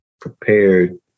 prepared